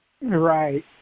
Right